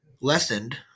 lessened